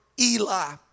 Eli